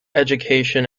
education